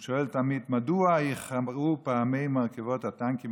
הוא שואל תמיד: מדוע איחרו פעמי מרכבות הטנקים